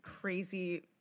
crazy